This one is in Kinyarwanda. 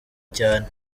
cyane